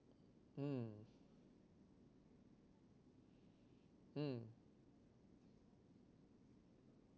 mm mm